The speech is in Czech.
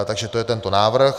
Takže to je tento návrh.